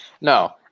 no